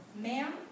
Ma'am